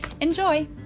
Enjoy